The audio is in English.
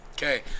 Okay